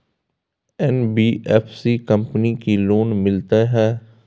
NBFC company की loan मिलते है?